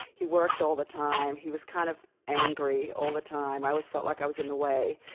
he worked all the time. he was kind of angry all the time. i always felt like i was in the way.